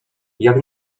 jak